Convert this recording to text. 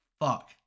Fuck